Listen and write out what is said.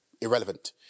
irrelevant